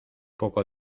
poco